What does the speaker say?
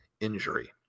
injury